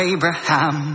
Abraham